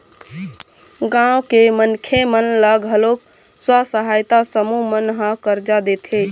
गाँव के मनखे मन ल घलोक स्व सहायता समूह मन ह करजा देथे